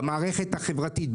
במערכת החברתית,